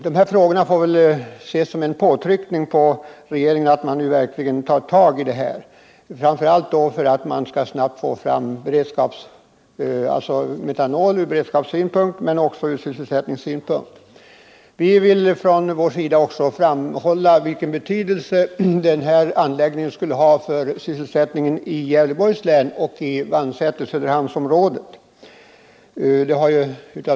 De här ställda frågorna får väl ses som en påtryckning på regeringen att verkligen ta tag i problemet för att snabbt få fram försöksverksamhet med metanolframställning, framför allt ur beredskapssynpunkt men också ur sysselsättningssynpunkt. Vi vill från vår sida också framhålla vilken betydelse den här anläggningen skulle ha för sysselsättningen i Gävleborgs län och i Vannsäter-Söderhamnsområdet.